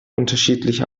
unterschiedliche